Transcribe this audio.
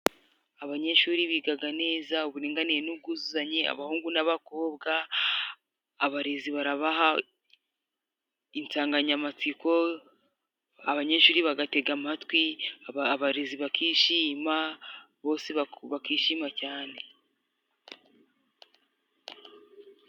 Abanyeshuri bigaga neza, uburinganire n'ubwuzuzanye abahungu n'abakobwa, abarezi barabaha insanganyamatsiko, abanyeshuri bagatega amatwi, abarezi bakishima, bose bakishima cyane.